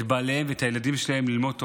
את בעליהן ואת הילדים שלהן ללמוד תורה.